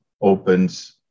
opens